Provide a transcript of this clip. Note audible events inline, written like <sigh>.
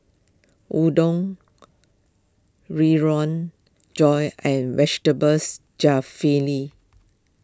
Udon <unintelligible> Josh and Vegetables Jalfrezi